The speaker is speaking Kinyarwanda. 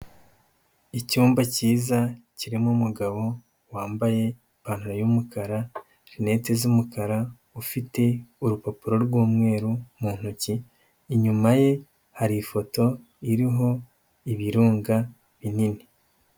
Icyumba cyiza kirimo umugabo wambaye ipantaro y'umukara, rinete z'umukara, ufite urupapuro rw'umweru mu ntoki, inyuma ye hari ifoto iriho ibirunga binini.